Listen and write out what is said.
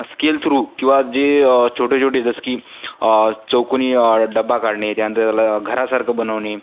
skill through किंवा जे छोटे छोटे जसं की चौकोनी डब्बा काढणे त्यानंतर त्याला घरासारखं बनवणे